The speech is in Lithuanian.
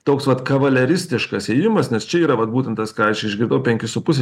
toks vat kavaleristiškas ėjimas nes čia yra vat būtent tas ką aš išgirdau penki su puse